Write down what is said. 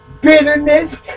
bitterness